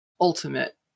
ultimate